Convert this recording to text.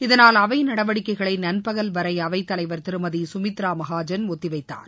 இதனால் அவை நடவடிக்கைகளை நண்பகல் வரை அவைத் தலைவர் திருமதி குமித்ரா மகாஜன் ஒத்தி வைத்தார்